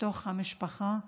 בתוך המשפחה,